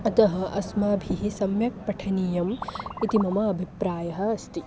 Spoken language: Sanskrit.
अतः अस्माभिः पठनीयं इति मम अभिप्रायः अस्ति